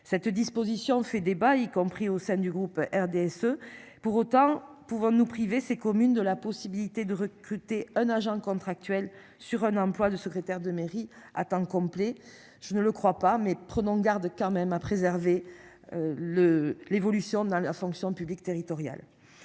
Cette disposition fait débat, y compris au sein du groupe RDSE pour autant pour nous priver ces communes de la possibilité de recruter un agent contractuel sur un emploi de secrétaire de mairie à temps complet, je ne le crois pas. Mais prenons garde quand même à préserver. Le, l'évolution dans la fonction publique territoriale.